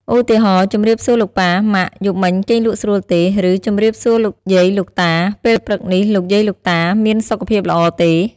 ឧទាហរណ៍ ជម្រាបសួរលោកប៉ា ម៉ាក់! យប់មិញគេងលក់ស្រួលទេ? ឬ ជម្រាបសួរលោកយាយលោកតា! ពេលព្រឹកនេះលោកយាយលោកតាមានសុខភាពល្អទេ?។